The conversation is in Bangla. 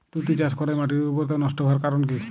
তুতে চাষ করাই মাটির উর্বরতা নষ্ট হওয়ার কারণ কি?